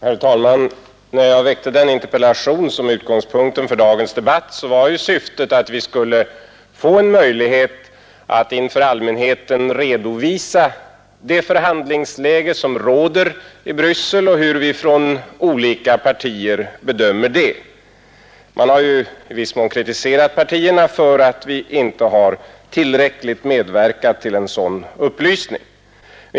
Herr talman! När jag framställde den interpellation som är utgångspunkten för dagens debatt var syftet att vi skulle få en möjlighet att inför allmänheten redovisa det förhandlingsläge som råder i Bryssel och hur vi från olika partier bedömer det. Man har i viss mån kritiserat partierna för att vi inte tillräckligt har medverkat till en sådan upplysning.